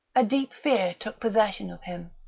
a deep fear took possession of him.